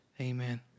amen